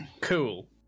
Cool